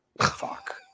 Fuck